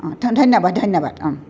ধন্যবাদ ধন্যবাদ